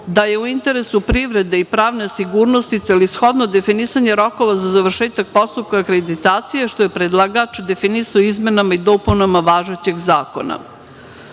da je u interesu privreda i pravne sigurnosti celishodno definisanje rokova za završetak postupka akreditacije, što je predlagač definisao izmenama i dopunama važećeg zakona. Takođe,